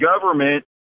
government